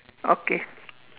okay